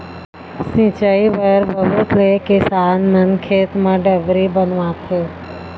सिंचई बर बहुत ले किसान मन खेत म डबरी बनवाथे